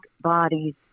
bodies